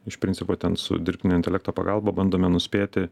iš principo ten su dirbtinio intelekto pagalba bandome nuspėti